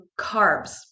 carbs